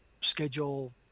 schedule